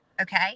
okay